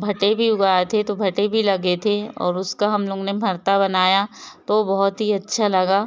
भुट्टे भी उगाए थे तो भुट्टे भी लगे थे और उसका हम लोगों ने भर्ता बनाया तो बहुत ही अच्छा लगा